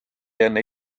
enne